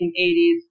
1980s